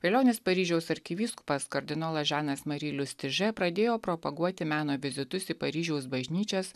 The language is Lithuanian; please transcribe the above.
velionis paryžiaus arkivyskupas kardinolas žanas mari liustižė pradėjo propaguoti meno vizitus į paryžiaus bažnyčias